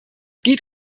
geht